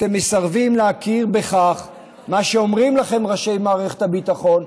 אתם מסרבים להכיר במה שאומרים לכם ראשי מערכת הביטחון,